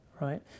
right